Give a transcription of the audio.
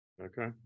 Okay